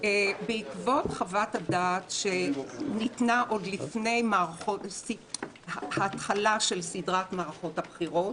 בעקבות חוות הדעת שניתנה עוד בהתחלה של סדרת מערכות הבחירות,